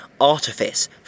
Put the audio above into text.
artifice